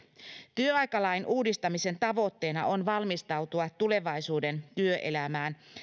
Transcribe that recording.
työaikalain uudistamisen tavoitteena on valmistautua tulevaisuuden työelämään